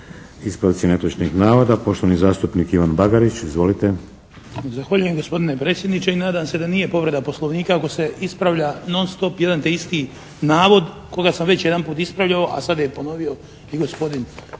Ispravci netočnih navoda poštovani zastupnik Ivan Bagarić. Izvolite. **Bagarić, Ivan (HDZ)** Zahvaljujem gospodine predsjedniče i nadam se da nije povreda Poslovnika ako se ispravlja non stop jedan te isti navod koga sam već jedanput ispravljao a sad je ponovio i gospodin